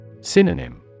Synonym